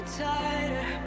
tighter